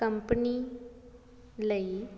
company ਲਈ